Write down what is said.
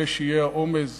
אני מקווה שיהיו האומץ